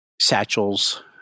Satchel's